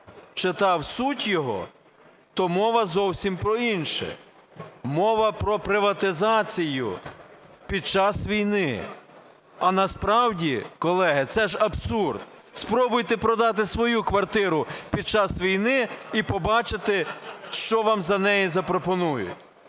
читав суть його, то мова зовсім про інше: мова про приватизацію під час війни. А насправді, колеги, це ж абсурд! Спробуйте продати свою квартиру під час війни – і побачите, що вам за неї запропонують.